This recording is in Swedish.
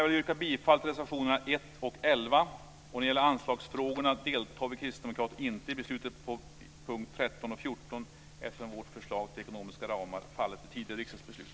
Jag vill yrka bifall till reservationerna 1 och 11. När det gäller anslagsfrågorna deltar vi kristdemokrater inte i beslutet under punkterna 13 och 18, eftersom vårt förslag till ekonomiska ramar fallit i tidigare riksdagsbeslut.